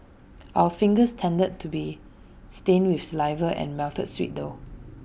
our fingers tended to be stained with saliva and melted sweet though